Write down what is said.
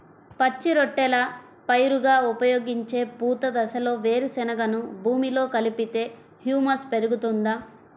పచ్చి రొట్టెల పైరుగా ఉపయోగించే పూత దశలో వేరుశెనగను భూమిలో కలిపితే హ్యూమస్ పెరుగుతుందా?